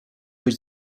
być